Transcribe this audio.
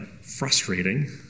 frustrating